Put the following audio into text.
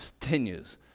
continues